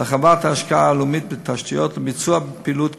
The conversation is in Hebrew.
ולהרחבת ההשקעה הלאומית בתשתיות לביצוע פעילות גופנית.